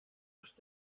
must